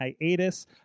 hiatus